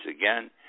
again